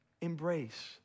Embrace